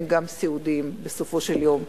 הם גם סיעודיים בסופו של יום.